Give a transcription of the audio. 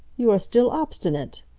you are still obstinate?